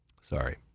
sorry